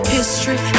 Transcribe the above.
History